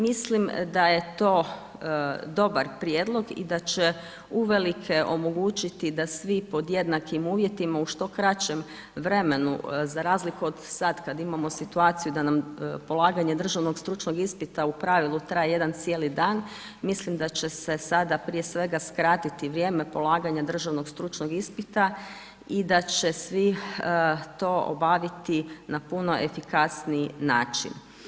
Mislim da je to dobar prijedlog i da će uvelike omogućiti da svi pod jednakim uvjetima, u što kraćem vremenu, za razliku od sada kada imamo situaciju da nam polaganje državnog stručnog ispita, u pravilu traje jedan cijeli dan, mislim da će se sada prije svega skratiti vrijeme polaganje državnog stručnog ispita i da će svi to obaviti na puno efikasniji način.